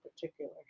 particular